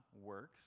works